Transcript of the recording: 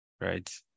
right